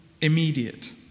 immediate